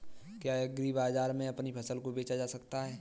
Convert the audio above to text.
क्या एग्रीबाजार में अपनी फसल को बेचा जा सकता है?